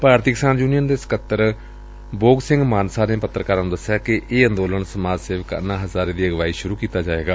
ਭਾਰਤੀ Kisan union ਦੇ ਸਕੱਤਰ ਬੋਅ ਸਿੰਘ ਮਾਨਸਾ ਨੇ ਪੱਤਰਕਾਰਾਂ ਨੂੰ ਦਸਿਆ ਕਿ ਇਹ ਅੰਦੋਲਨ ਸਮਾਜ ਸੇਵਕ ਅੰਨਾ ਹੈਜ਼ਾਰੇ ਦੀ ਅਗਵਾਈ ਚ ਸੁਰੂ ਕੀਤਾ ਜਾਏਗਾ